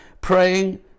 praying